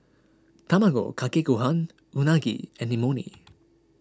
Tamago Kake Gohan Unagi and Imoni